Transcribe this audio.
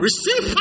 Receive